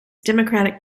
democratic